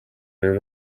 rero